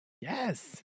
Yes